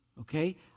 okay